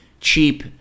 cheap